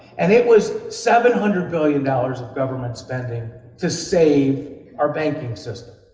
and it was seven hundred billion dollars of government spending to save our banking system,